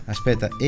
Aspetta